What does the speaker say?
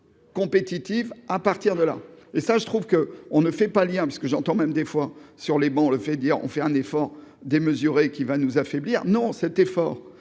compétitive à partir de là, et ça je trouve que on ne fait pas le lien parce que j'entends, même des fois sur les bancs le fait dire : on fait un effort démesuré qui va nous affaiblir non cet effort